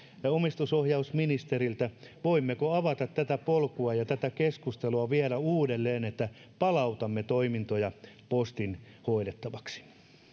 omistusohjausministeriltä voimmeko vielä uudelleen avata tätä polkua ja tätä keskustelua että palautamme toimintoja postin hoidettavaksi